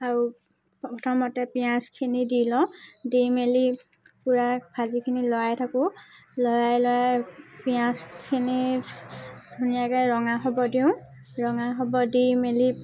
আৰু প্ৰথমতে পিঁয়াজখিনি দি লওঁ দি মেলি পূৰা ভাজিখিনি লৰাই থাকোঁ লৰাই লৰাই পিঁয়াজখিনি ধুনীয়াকৈ ৰঙা হ'ব দিওঁ ৰঙা হ'ব দি মেলি